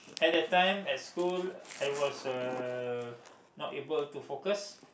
at that time at school I was uh not able to focus